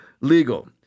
legal